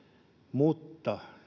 mutta